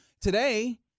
Today